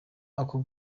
ako